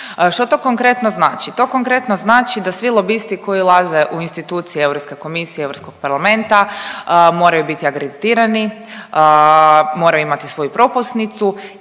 Što to konkretno znači? To konkretno znači da svi lobisti koji ulaze u institucije europske komisije, Europskog parlamenta, moraju biti akreditirani, moraju imati svoju propusnicu